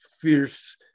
fierce